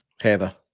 Heather